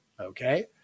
Okay